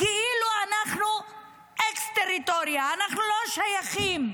כאילו אנחנו אקס-טריטוריה, לא שייכים.